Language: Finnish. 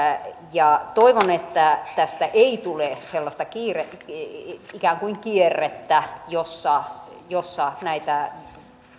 toivon että tästä ei tule sellaista ikään kuin kierrettä jossa jossa näitä